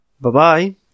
Bye-bye